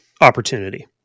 opportunity